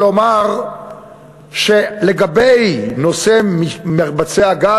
לומר שלגבי נושא מרבצי הגז,